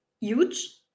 huge